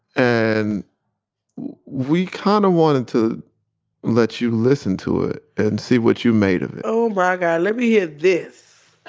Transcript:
and we kind of wanted to let you listen to it and see what you made of it oh my god, let me hear this!